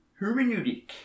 Hermeneutic